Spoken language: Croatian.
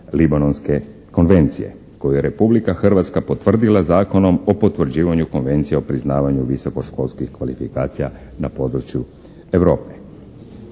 koju je Republika Hrvatska potvrdila Zakonom o potvrđivanju Konvencije o priznavanju visokoškolskih kvalifikacija na području Europe.